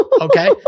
okay